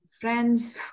friends